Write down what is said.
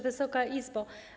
Wysoka Izbo!